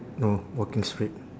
no walking straight